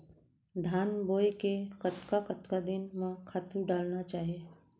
धान बोए के कतका कतका दिन म खातू डालना चाही?